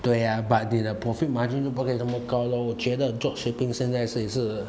对呀 but 你的 profit margin 不可以这么高咯我觉得 drop shipping 现在也是